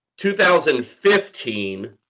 2015